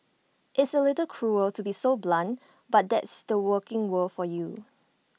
it's A little cruel to be so blunt but that's the working world for you